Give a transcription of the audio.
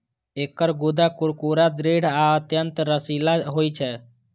एकर गूद्दा कुरकुरा, दृढ़ आ अत्यंत रसीला होइ छै